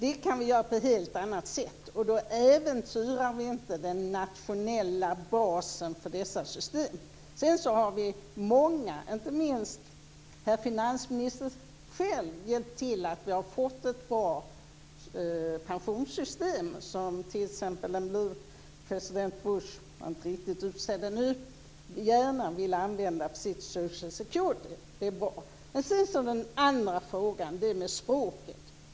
Det kan vi göra på helt annat sätt, och då äventyrar vi inte den nationella basen för dessa system. Många, inte minst finansministern själv, har hjälpt till så att vi har fått ett bra pensionssystem, som t.ex. den blivande president Bush gärna vill använda för sitt social security. Det är bra. Så till frågan om språket.